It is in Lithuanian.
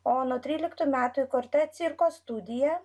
o nuo tryliktų metų įkurta cirko studija